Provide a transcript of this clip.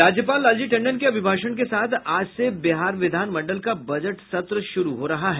राज्यपाल लालजी टंडन के अभिभाषण के साथ आज से बिहार विधानमंडल का बजट सत्र शुरू हो रहा है